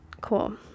Cool